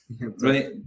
right